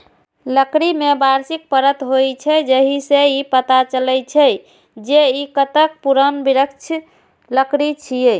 लकड़ी मे वार्षिक परत होइ छै, जाहि सं ई पता चलै छै, जे ई कतेक पुरान वृक्षक लकड़ी छियै